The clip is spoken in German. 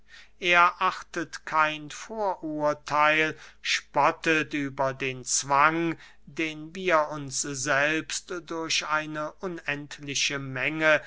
er achtet kein vorurtheil spottet über den zwang den wir uns selbst durch eine unendliche menge